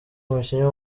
umukinnyi